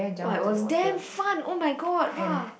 !wah! it was damn fun oh-my-god !wah!